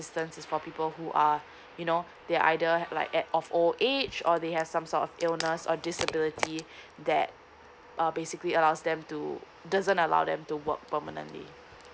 assistance for people who are you know they are either have like add of old age or they have some sort of illness or disabilities that err basically allows them to doesn't allow them to work permanently